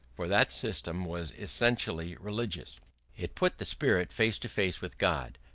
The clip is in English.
for that system was essentially religious it put the spirit face to face with god,